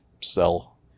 sell